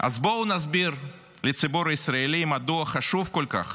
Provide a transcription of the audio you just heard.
אז בואו נסביר לציבור הישראלי מדוע חשוב כל כך